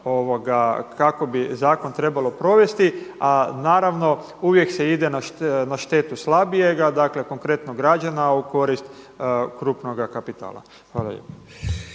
kako bi zakon trebalo provesti. A naravno uvijek se ide na štetu slabijega, dakle konkretno građana u korist krupnoga kapitala. Hvala